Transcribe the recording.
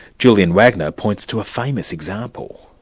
julian wagner points to a famous example.